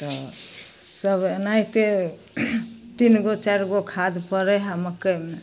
तऽ सभ एनाहिते तीनगो चारिगो खाद पड़ै हइ मकइमे